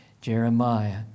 Jeremiah